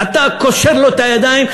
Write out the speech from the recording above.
אתה קושר לו את הידיים,